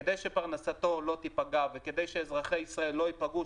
כדי שפרנסתו לא תיפגע וכדי שאזרחי ישראל לא ייפגעו